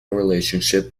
relationship